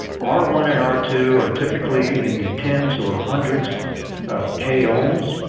r one and r two are typically in the tens or hundreds of k ohms.